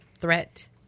threat